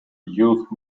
youth